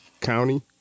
county